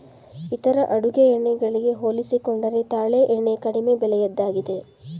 ಇತರ ಅಡುಗೆ ಎಣ್ಣೆ ಗಳಿಗೆ ಹೋಲಿಸಿಕೊಂಡರೆ ತಾಳೆ ಎಣ್ಣೆ ಕಡಿಮೆ ಬೆಲೆಯದ್ದಾಗಿದೆ